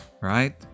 right